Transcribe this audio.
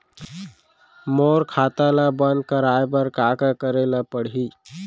मोर खाता ल बन्द कराये बर का का करे ल पड़ही?